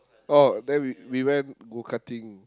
oh then we we went go-karting